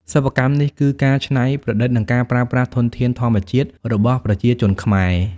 សិប្បកម្មនេះគឺ ការច្នៃប្រឌិតនិងការប្រើប្រាស់ធនធានធម្មជាតិរបស់ប្រជាជនខ្មែរ។